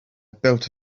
built